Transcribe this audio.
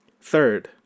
Third